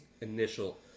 initial